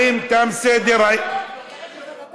21) (מוסדות להשכלה גבוהה באזור),